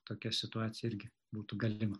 tokia situacija irgi būtų galima